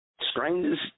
Strangers